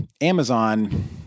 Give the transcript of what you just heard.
Amazon